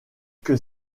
que